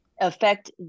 affect